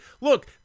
Look